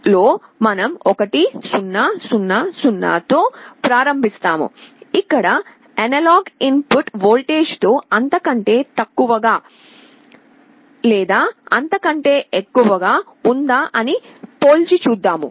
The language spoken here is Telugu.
SAR లో మనం 1 0 0 0 తో ప్రారంభిస్తాముఇక్కడ అనలాగ్ ఇన్ పుట్ వోల్టేజ్ తో అంతకంటే తక్కువ గా లేదా అంతకంటే ఎక్కువ గా ఉందా అని పోల్చి చూద్దాము